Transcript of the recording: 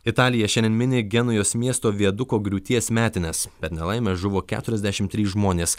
italija šiandien mini genujos miesto viaduko griūties metines per nelaimę žuvo keturiasdešimt trys žmonės